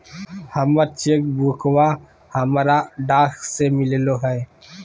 हमर चेक बुकवा हमरा डाक से मिललो हे